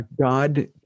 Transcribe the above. God